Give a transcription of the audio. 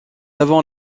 avant